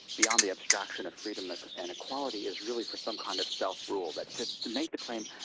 beyond the abstraction of freedom and equality, is really for some kind of self-rule but to to make the claim,